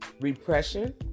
Repression